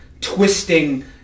twisting